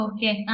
Okay